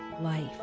life